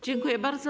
Dziękuję bardzo.